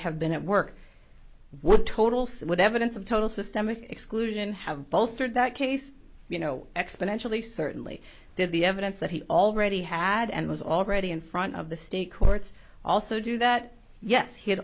have been at work what total so what evidence of total systemic exclusion have bolstered that case you know exponentially certainly did the evidence that he already had and was already in front of the state courts also do that yes he had